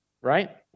right